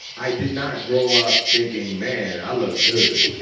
i did not grow up thinking, man, i look good